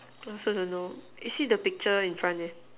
I also don't know you see the picture in front there